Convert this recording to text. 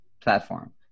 platform